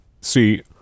See